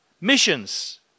missions